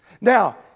now